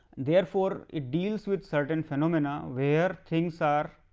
therefore, it deals with certain phenomenon, where things are